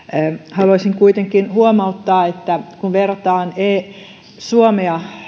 haluaisin kuitenkin huomauttaa että kun verrataan suomea